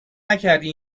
نکردی